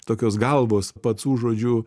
tokios galvos pacų žodžiu